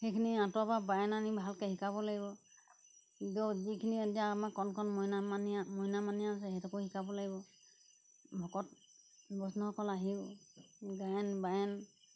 সেইখিনি আঁতৰ পৰা বায়েন আনি ভালকে শিকাব লাগিব যিখিনি এতিয়া আমাৰ কণ কণ মইনা মানীয়া মইনা মানীয়া আছে সেইটোকো শিকাব লাগিব ভকত বৈষ্ণবসকল আহি গায়েন বায়েন